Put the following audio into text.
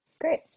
Great